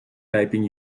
typing